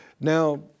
Now